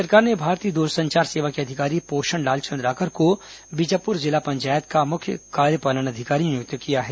राज्य सरकार ने भारतीय दूरसंचार सेवा के अधिकारी पोषण लाल चंद्राकर को बीजापुर जिला पंचायत का मुख्य कार्यपालन अधिकारी नियुक्त किया है